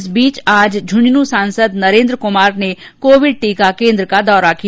इस बीच आज झुंझुन् सांसद नरेन्द्र कुमार ने कोविड टीका केन्द्र का दौरा किया